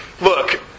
look